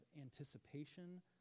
anticipation